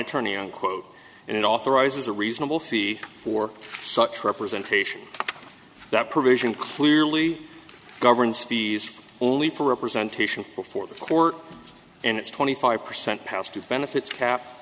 attorney unquote and it authorizes a reasonable fee for such representation that provision clearly governs fees only for representation before the court and its twenty five percent past of benefits ca